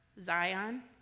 Zion